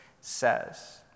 says